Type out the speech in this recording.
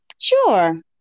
Sure